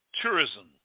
tourism